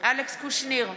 אלכס קושניר,